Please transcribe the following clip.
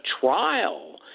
trial